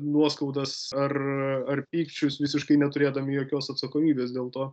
nuoskaudas ar ar pykčius visiškai neturėdami jokios atsakomybės dėl to